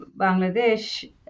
Bangladesh